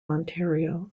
ontario